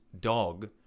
dog